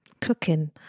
Cooking